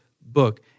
book